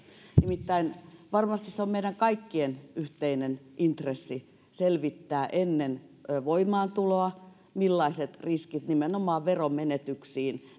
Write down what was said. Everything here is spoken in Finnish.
nimittäin varmasti on meidän kaikkien yhteinen intressi selvittää ennen voimaantuloa millainen riski nimenomaan veromenetyksiin